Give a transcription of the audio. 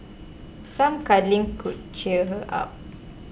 some cuddling could cheer her up